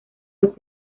los